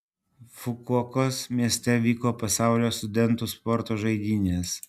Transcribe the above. fukuokos mieste vyko pasaulio studentų sporto žaidynės